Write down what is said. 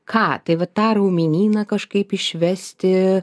ką tai va tą raumenyną kažkaip išvesti